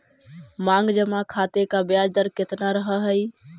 मांग जमा खाते का ब्याज दर केतना रहअ हई